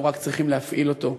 אנחנו רק צריכים להפעיל אותו,